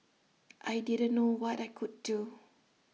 I didn't know what I could do